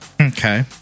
Okay